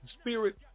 Spirit